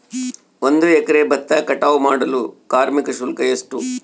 ಒಂದು ಎಕರೆ ಭತ್ತ ಕಟಾವ್ ಮಾಡಲು ಕಾರ್ಮಿಕ ಶುಲ್ಕ ಎಷ್ಟು?